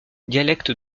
dialecte